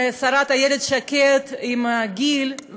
דקלה, היועצת המשפטית, השרה איילת שקד עם גיל,